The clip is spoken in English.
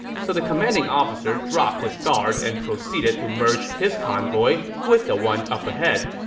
so the commanding officer dropped his guard and proceeded to merge his convoy with the one up ahead.